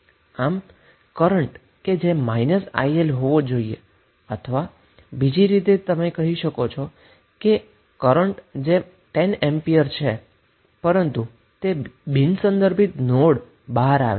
આમ current −iL થશે અથવા બીજી રીતે તમે કહી શકો છો કે 10 એમ્પિયરનો કરન્ટ પરંતુ તે નોન રેફેરન્સ નોડમાંથી બહાર આવે છે